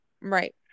right